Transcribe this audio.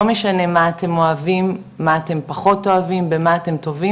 משנה מה אתם אוהבים מה אתם פחות אוהבים במה אתם טובים,